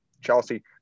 Chelsea